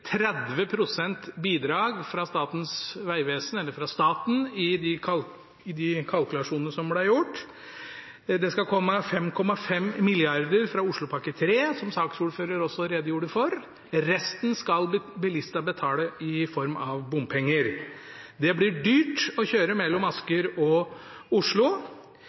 pst. bidrag fra staten i de kalkulasjonene som ble gjort. Det skal komme 5,5 mrd. kr fra Oslopakke 3, som saksordføreren redegjorde for. Resten skal bilistene betale i form av bompenger. Det blir dyrt å kjøre mellom Asker og Oslo,